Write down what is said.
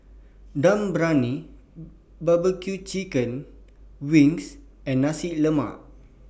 Dum Briyani Barbecue Chicken Wings and Nasi Lemak